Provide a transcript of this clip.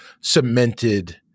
cemented